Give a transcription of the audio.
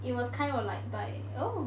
it was kind of like by oh